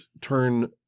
turn